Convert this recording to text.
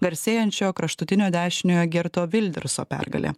garsėjančio kraštutinio dešiniojo gerto vilderso pergalė